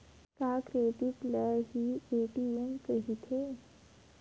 का क्रेडिट ल हि ए.टी.एम कहिथे?